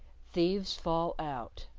thieves fall out